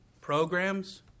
programs